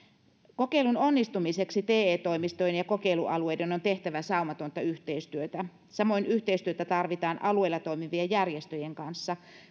kokeilun onnistumiseksi te toimistojen ja kokeilualueiden on tehtävä saumatonta yhteistyötä samoin yhteistyötä tarvitaan alueilla toimivien järjestöjen kanssa